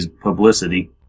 publicity